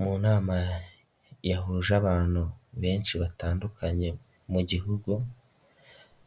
Mu nama yahuje abantu benshi batandukanye mu gihugu